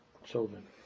children